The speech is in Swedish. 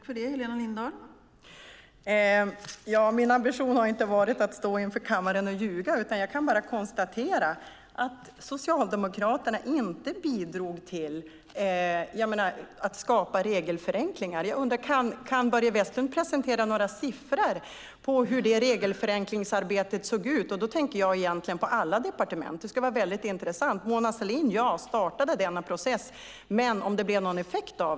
Fru talman! Min ambition har inte varit att stå och ljuga inför kammaren. Jag kan bara konstatera att Socialdemokraterna inte bidrog till att skapa regelförenklingar. Kan Börje Vestlund presentera några siffror på hur det regelförenklingsarbetet såg ut? Då tänker jag på alla departement. Det skulle vara intressant att höra. Ja, Mona Sahlin startade den processen, men gav den någon effekt?